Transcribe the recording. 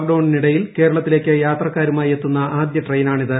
lock ഡൌണിനിടയിൽ കേരളത്തിലേക്ക് യാത്രക്കാരുമായി എത്തുന്ന ആദ്യ ട്രെയിനാ്ണിത്